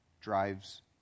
drives